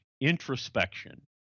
introspection